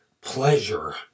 pleasure